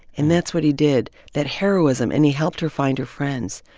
and that's what he did. that heroism and he helped her find her friends.